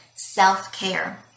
self-care